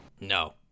No